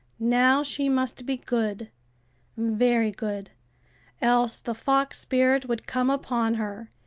now she must be good very good else the fox spirit would come upon her,